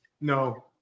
No